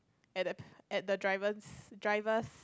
at the at the driver's driver's